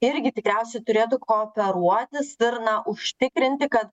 irgi tikriausiai turėtų kooperuotis ir na užtikrinti kad